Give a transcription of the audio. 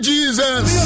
Jesus